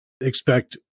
expect